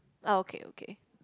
oh okay okay